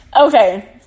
Okay